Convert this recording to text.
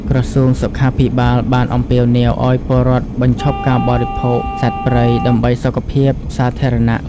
ក្រសួងសុខាភិបាលបានអំពាវនាវឱ្យពលរដ្ឋបញ្ឈប់ការបរិភោគសត្វព្រៃដើម្បីសុខភាពសាធារណៈ។